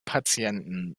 patienten